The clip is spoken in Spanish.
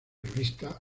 revista